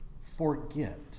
forget